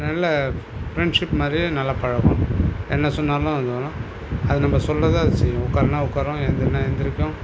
நல்ல ஃப்ரெண்ட்ஷிப் மாதிரியே நல்லா பழகும் என்ன சொன்னாலும் அது நம்ம சொல்கிறத அது செய்யும் உட்காருனா உட்காரும் எழுந்திரினா எழுந்திரிக்கும்